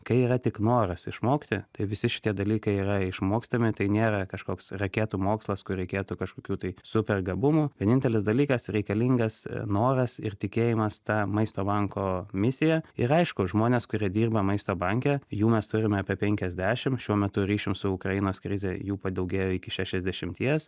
kai yra tik noras išmokti tai visi šitie dalykai yra išmokstami tai nėra kažkoks raketų mokslas kur reikėtų kažkokių tai super gabumų vienintelis dalykas reikalingas noras ir tikėjimas ta maisto banko misija ir aišku žmonės kurie dirba maisto banke jų mes turime apie penkiasdešim šiuo metu ryšium su ukrainos krize jų padaugėjo iki šešiasdešimties